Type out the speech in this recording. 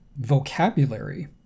vocabulary